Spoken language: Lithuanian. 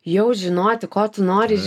jau žinoti ko tu nori iš